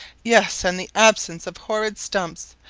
yes, and the absence of horrid stumps.